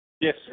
Yes